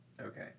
Okay